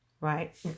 right